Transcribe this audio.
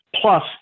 Plus